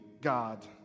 God